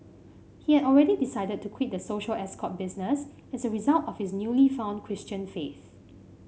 he had already decided to quit the social escort business as a result of his newly found Christian faith